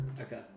Okay